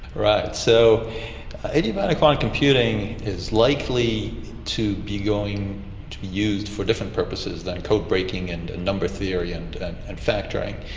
right, so adiabatic quantum computing is likely to be going to be used for different purposes than code breaking and number theory and and and factoring.